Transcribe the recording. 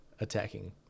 attacking